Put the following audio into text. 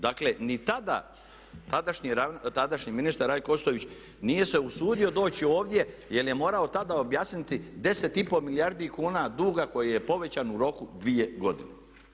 Dakle ni tada tadašnji ministar Rajko Ostojić nije se usudio doći ovdje jer je morao tada objasniti 10,5 milijardi kuna duga koji je povećan u roku 2 godine.